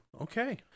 Okay